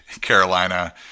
Carolina